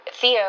Theo